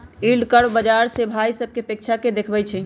yield curve बाजार से भाइ सभकें अपेक्षा के देखबइ छइ